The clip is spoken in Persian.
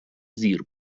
زیر